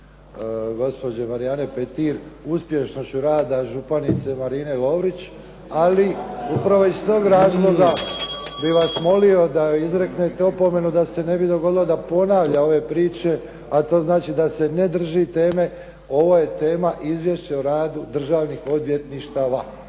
gospođe Marijane Petir uspješnošću rada županice Marine Lovrić, ali upravo iz tog razloga bih vas molio da izreknete opomenu da se ne bi dogodilo da ponavlja ove priče, a to znači da se ne drži teme. Ovo je tema izvješće o radu državnih odvjetništava.